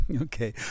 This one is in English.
okay